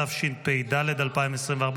התשפ"ד 2024,